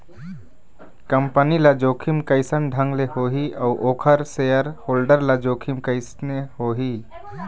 Company ल जोखिम कइसन ढंग ले होही अउ ओखर सेयर होल्डर ल जोखिम कइसने होही?